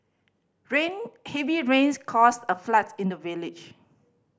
rain heavy rains caused a flood in the village